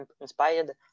inspired